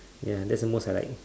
ya that's the most I like